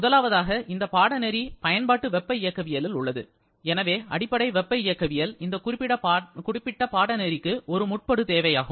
முதலாவதாக இந்த பாடநெறி பயன்பாட்டு வெப்ப இயக்கவியலில் உள்ளது எனவே அடிப்படை வெப்ப இயக்கவியல் இந்த குறிப்பிட்ட பாடநெறிக்கு ஒரு முற்படுதேவையாகும்